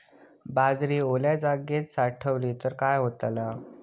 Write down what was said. बाजरी वल्या जागेत साठवली तर काय होताला?